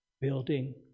building